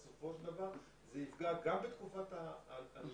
בסופו של דבר זה יפגע גם בתקופת הניסיון,